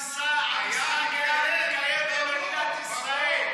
המשחק היה מתקיים במדינת ישראל.